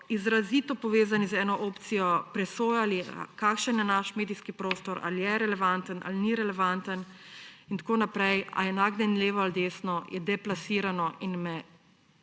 izrazito povezani z eno opcijo, presojali, kakšen je naš medijski prostor, ali je relevanten ali ni relevanten in tako naprej, ali je nagnjen levo ali desno, je deplasirano in me